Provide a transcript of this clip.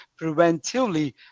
preventively